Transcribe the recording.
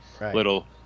little